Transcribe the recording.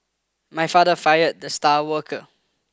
my father fired the star worker